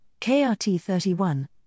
KRT31